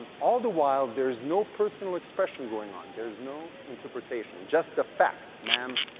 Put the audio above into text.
um all the while, there is no personal expression going on there is no interpretation. just the facts, ma'am.